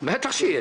נכון, בטח שיש.